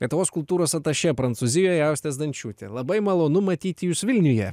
lietuvos kultūros atašė prancūzijoje auste zdančiūte labai malonu matyti jus vilniuje